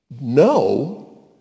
no